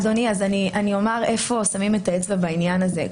אדוני, אני אומר איפה שמים את האצבע בעניין הזה.